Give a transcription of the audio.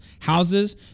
houses